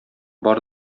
бар